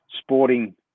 sporting